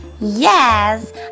yes